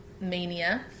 mania